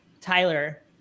Tyler